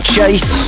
Chase